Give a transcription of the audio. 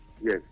yes